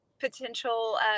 Potential